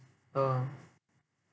oh